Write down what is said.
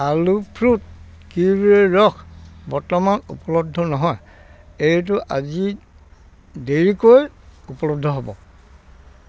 আলো ফ্ৰুইট কিৱিৰ ৰস বৰ্তমান উপলব্ধ নহয় এইটো আজি দেৰিকৈ উপলব্ধ হ'ব